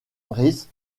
rhys